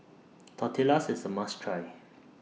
Tortillas IS A must Try